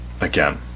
again